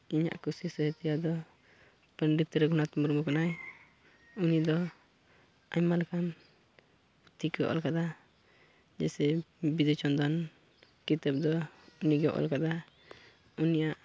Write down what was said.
ᱤᱧᱟᱹᱜ ᱠᱩᱥᱤ ᱥᱟᱦᱤᱛᱛᱚ ᱫᱚ ᱯᱚᱸᱰᱤᱛ ᱨᱚᱜᱷᱩᱱᱟᱛᱷ ᱢᱩᱨᱢᱩ ᱠᱟᱱᱟᱭ ᱩᱱᱤᱫᱚ ᱟᱭᱢᱟ ᱞᱮᱠᱟᱱ ᱯᱩᱛᱷᱤ ᱠᱚᱭ ᱚᱞ ᱟᱠᱟᱫᱟ ᱡᱮᱭᱥᱮ ᱵᱤᱸᱫᱩᱼᱪᱟᱱᱫᱟᱱ ᱠᱤᱛᱟᱹᱵ ᱫᱚ ᱩᱱᱤᱜᱮ ᱚᱞ ᱠᱟᱫᱟᱭ ᱩᱱᱤᱭᱟᱜ